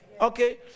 okay